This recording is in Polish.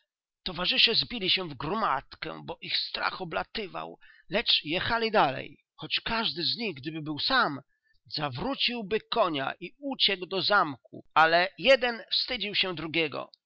się w gromadkę bo ich strach oblatywał lecz jechali dalej choć każdy z nich gdyby był sam zawróciłby konia i uciekł do zamku ale jeden wstydził się drugiego